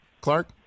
Clark